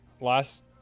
last